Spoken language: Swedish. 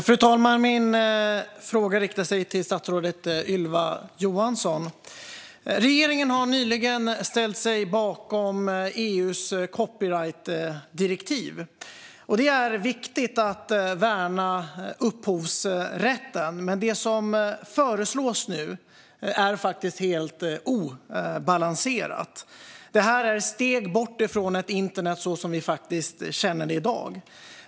Fru talman! Jag riktar min fråga till statsrådet Ylva Johansson. Regeringen har nyligen ställt sig bakom EU:s copyrightdirektiv. Det är viktigt att värna upphovsrätten, men det som nu föreslås är faktiskt helt obalanserat. Det är ett steg bort från det internet vi känner i dag.